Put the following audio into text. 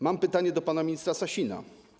Mam pytanie do pana ministra Sasina.